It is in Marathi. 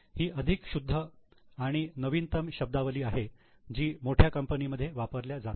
ही अधिक शुद्ध आणि नवीनतम शब्दावली आहे जी मोठ्या कंपनीमध्ये वापरल्या जाते